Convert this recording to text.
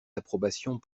approbations